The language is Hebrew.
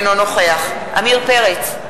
אינו נוכח עמיר פרץ,